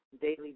daily